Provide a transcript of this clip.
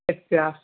اچھا